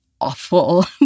Awful